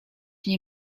nie